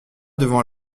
devant